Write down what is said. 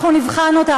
אנחנו נבחן אותה,